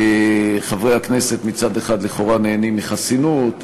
חברי הכנסת מצד אחד לכאורה נהנים מחסינות,